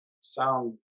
Sound